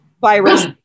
virus